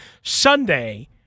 Sunday